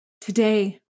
Today